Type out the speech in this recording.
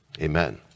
Amen